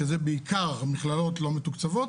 שזה בעיקר מכללות לא מתוקצבות,